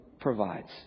provides